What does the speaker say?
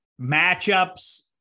matchups